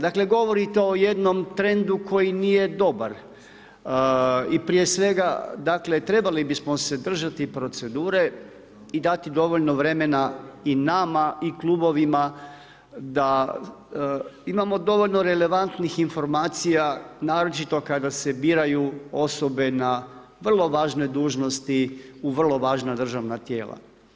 Dakle, govorite o jednom trendu koji nije dobar i prije svega, dakle, trebali bismo se držati procedure i dati dovoljno vremena i nama i klubovima da imamo dovoljno relevantnih informacija, naročito kada se biraju osobe na vrlo važnoj dužnosti u vrlo važna državna tijela.